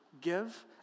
give